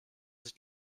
sich